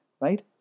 right